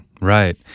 Right